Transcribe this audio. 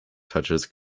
touches